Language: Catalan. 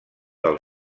del